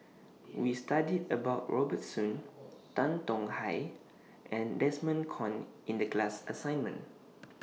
We studied about Robert Soon Tan Tong Hye and Desmond Kon in The class assignment